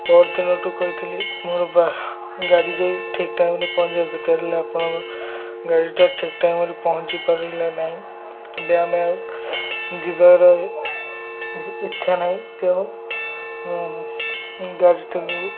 ପର ଦିନଠୁ କହିଥିଲି ମୋର ବା ଗାଡ଼ି ଯାଇ ଠିକ୍ ଟାଇମ୍ରେ ପହଞ୍ଚିବା ଦରକାର ହେଲେ ଆପଣଙ୍କ ଗାଡ଼ିଟା ଠିକ୍ ଟାଇମ୍ରେ ପହଞ୍ଚିପାରିଲା ନାହିଁ ଏବେ ଆମେ ଆଉ ଯିବାର ଇଚ୍ଛା ନାହିଁ ତେଣୁ ମୁଁ ଗାଡ଼ିଟିକୁ